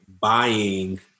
buying